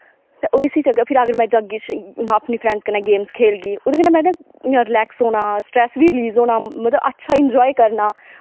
ते ओ इस च में अपनी फ्रैंडस कन्नै गेमस खेलगी ओह्दे कन्नै में ना इयां रलैक्स होना सटरैस्स बी रलीज़ होना मतलव कि अच्छा इंजाए करना